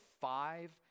five